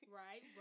right